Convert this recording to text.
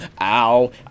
ow